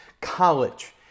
College